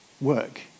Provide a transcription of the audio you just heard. work